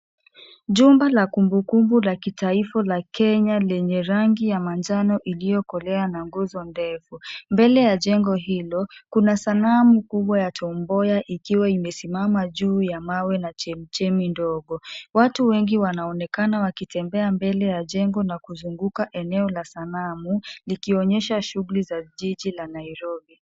Jumba la kumbukumbu la kitaifa la Kenya lenye rangi ya manjano iliyokolea na nguzo ndefu. Mbele ya jengo hilo, kuna sanamu kubwa ya Tom Mboya ikiwa imesimama juu ya mawe na chemichemi ndogo. Watu wengi wanaonekana wakitembea mbele ya jengo na kuzunguka eneo la sanamu likionyesha shughuli za jiji la Nairobi.